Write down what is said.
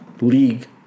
league